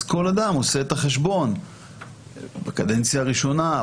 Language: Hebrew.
אז כל אדם עושה את החשבון בקדנציה הראשונה,